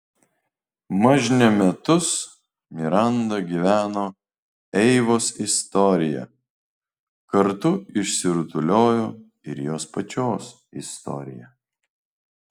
mažne metus miranda gyveno eivos istorija kartu išsirutuliojo ir jos pačios istorija